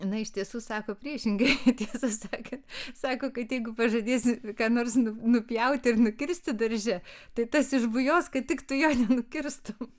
jinai iš tiesų sako priešingai tiesą sakant sako kad jeigu pažadėsi ką nors nupjauti ir nukirsti darže tai tas išbujos kad tik tu jo nenukirstum